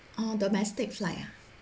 orh domestic flight ah